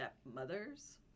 stepmothers